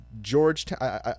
georgetown